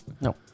No